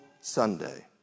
Sunday